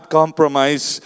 compromise